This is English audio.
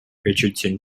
richardson